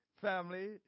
family